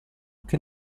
che